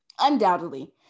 undoubtedly